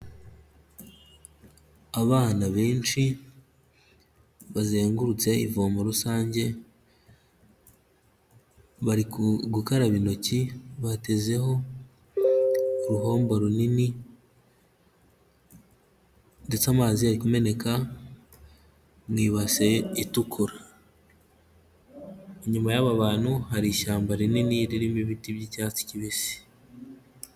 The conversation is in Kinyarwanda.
Abana benshi bazengurutse ivomo rusange gukaraba intoki batezeho uruhombo runini ndetse amazi ari kumeneka mu ibase itukura inyuma y'aba bantu hari ishyamba rinini ririmo ibiti by'icyatsi kibisi.